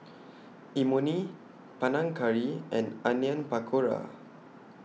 Imoni Panang Curry and Onion Pakora